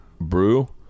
Brew